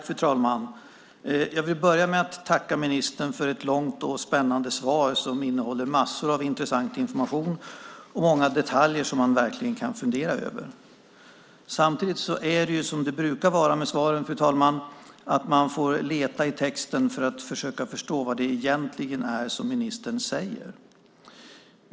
Fru talman! Jag vill börja med att tacka ministern för ett långt och spännande svar som innehåller massor av intressant information och många detaljer som man verkligen kan fundera över. Samtidigt är det, som det brukar vara med svaren, fru talman, så att man får leta i texten för att försöka förstå vad det egentligen är som ministern säger.